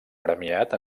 premiat